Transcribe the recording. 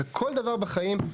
בכל דבר בחיים,